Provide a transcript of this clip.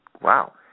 wow